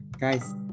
Guys